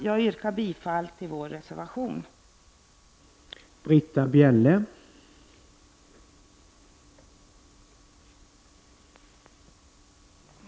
Jag yrkar bifall till den av vpk och miljöpartiet avgivna reservationen.